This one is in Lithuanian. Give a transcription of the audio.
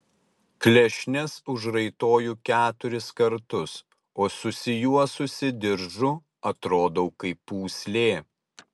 klešnes užraitoju keturis kartus o susijuosusi diržu atrodau kaip pūslė